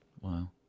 wow